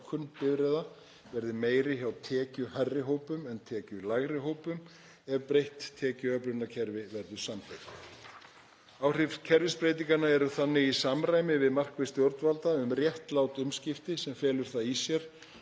bifreiða verði meiri hjá tekjuhærri hópum en tekjulægri hópum ef breytt tekjuöflunarkerfi verður samþykkt. Áhrif kerfisbreytinganna eru þannig í samræmi við markmið stjórnvalda um réttlát umskipti sem felur það í sér